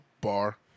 Bar